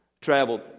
traveled